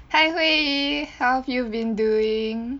hi Hui Yi how have you been doing